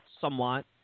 somewhat